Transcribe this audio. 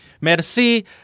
Merci